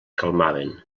calmaven